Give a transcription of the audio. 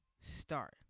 start